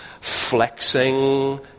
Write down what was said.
flexing